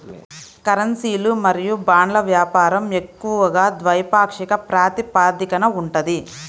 కరెన్సీలు మరియు బాండ్ల వ్యాపారం ఎక్కువగా ద్వైపాక్షిక ప్రాతిపదికన ఉంటది